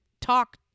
talk